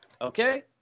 Okay